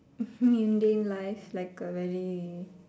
mundane life like a very